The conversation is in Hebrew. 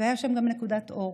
והייתה שם גם נקודת אור: